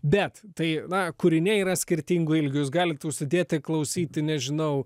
bet tai na kūriniai yra skirtingų ilgių jūs galit užsidėti klausyti nežinau